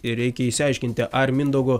ir reikia išsiaiškinti ar mindaugo